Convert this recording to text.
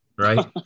Right